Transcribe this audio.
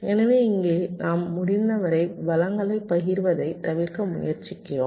எனவே இங்கே நாம் முடிந்தவரை வளங்களைப் பகிர்வதைத் தவிர்க்க முயற்சிக்கிறோம்